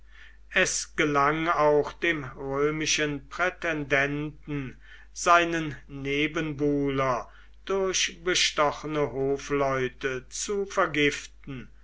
es gelang auch dem römischen prätendenten seinen nebenbuhler durch bestochene hofleute zu vergiften